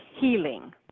healing